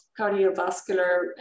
cardiovascular